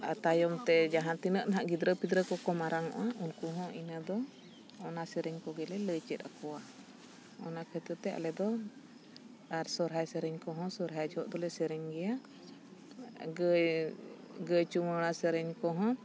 ᱛᱟᱭᱚᱢ ᱛᱮ ᱡᱟᱦᱟᱸ ᱛᱤᱱᱟᱹᱜ ᱱᱟᱦᱟᱜ ᱜᱤᱫᱽᱨᱟᱹ ᱯᱤᱫᱽᱨᱟᱹ ᱠᱚᱠᱚ ᱢᱟᱨᱟᱝᱚᱜᱼᱟ ᱩᱱᱠᱩ ᱦᱚᱸ ᱤᱱᱟᱹ ᱫᱚ ᱚᱱᱟ ᱥᱮᱨᱮᱧ ᱠᱚᱜᱮᱞᱮ ᱞᱟᱹᱭ ᱪᱮᱫ ᱟᱠᱚᱣᱟ ᱚᱱᱟ ᱠᱷᱟᱹᱛᱤᱨᱛᱮ ᱟᱞᱮᱫᱚ ᱟᱨ ᱥᱚᱨᱦᱟᱭ ᱥᱮᱨᱮᱧ ᱠᱚᱦᱚᱸ ᱥᱚᱨᱦᱟᱭ ᱡᱚᱦᱚᱜ ᱫᱚᱞᱮ ᱥᱮᱨᱮᱧ ᱜᱮᱭᱟ ᱜᱟᱹᱭ ᱜᱟᱹᱭ ᱪᱩᱢᱟᱹᱲᱟ ᱥᱮᱨᱮᱧ ᱠᱚᱦᱚᱸ